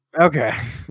okay